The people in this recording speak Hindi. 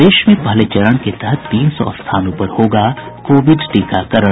प्रदेश में पहले चरण के तहत तीन सौ स्थानों पर होगा कोविड टीकाकरण